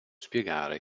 spiegare